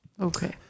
Okay